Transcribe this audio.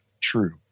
true